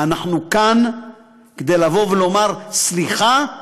אנחנו כאן כדי לבוא ולומר סליחה,